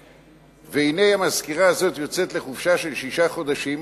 והנה המזכירה הזו יוצאת לחופשה של שישה חודשים,